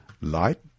light